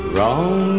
Wrong